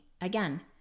again